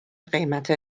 قیمت